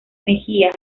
mejía